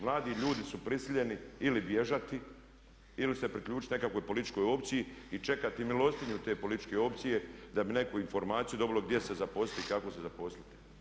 Mladi ljudi su prisiljeni ili bježati ili se priključiti nekakvoj političkoj opciji i čekati milostinju te političke opcije da bi neku informaciju dobilo gdje se zaposliti i kako se zaposliti.